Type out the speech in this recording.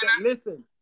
listen